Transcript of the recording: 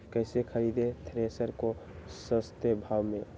कैसे खरीदे थ्रेसर को सस्ते भाव में?